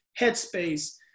headspace